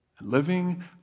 living